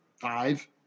five